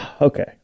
Okay